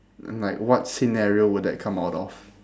like what scenario would that come out of